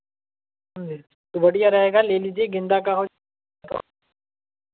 तो बढ़िया रहेगा ले लीजिए गेंदा का